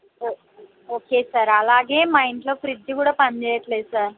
ఒకే sir అలాగే మా ఇంట్లో ఫ్రిడ్జ్ కూడా పని చేయట్లేదు సార్